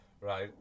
right